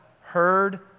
Heard